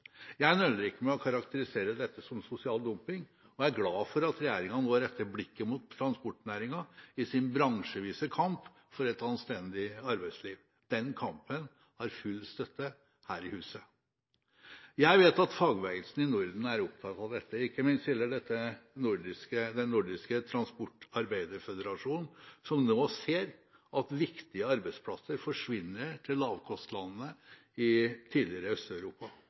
Jeg nøler ikke med å karakterisere dette som sosial dumping og er glad for at regjeringen nå retter blikket mot transportnæringen i sin bransjevise kamp for et anstendig arbeidsliv. Den kampen har full støtte her i huset. Jeg vet at fagbevegelsen i Norden er opptatt av dette, ikke minst gjelder dette Nordiske Transportarbeiderføderasjon som nå ser at viktige arbeidsplasser forsvinner til lavkostlandene i tidligere Øst-Europa. I